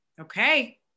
Okay